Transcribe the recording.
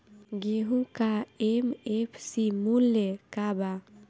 गेहू का एम.एफ.सी मूल्य का बा?